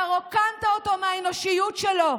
אתה רוקנת אותו מהאנושיות שלו.